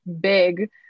big